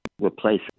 Replace